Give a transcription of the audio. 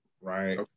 right